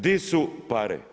Di su pare?